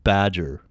Badger